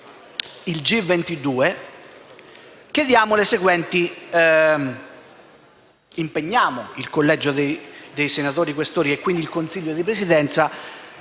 G22 impegniamo il Collegio dei senatori Questori e il Consiglio di Presidenza